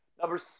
Number